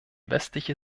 westliche